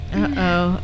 Uh-oh